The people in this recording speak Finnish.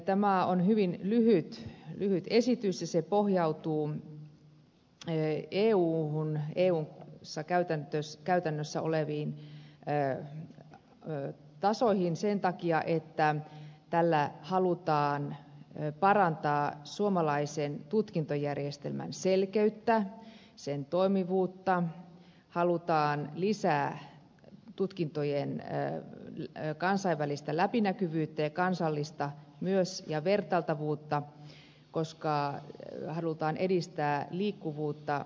tämä on hyvin lyhyt esitys ja se pohjautuu eussa käytännössä oleviin tasoihin sen takia että tällä halutaan parantaa suomalaisen tutkintojärjestelmän selkeyttä sen toimivuutta halutaan lisätä tutkintojen kansainvälistä ja kansallista läpinäkyvyyttä ja vertailtavuutta koska halutaan edistää liikkuvuutta